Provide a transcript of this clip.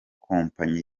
company